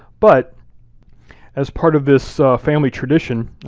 but as part of this family tradition,